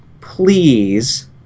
Please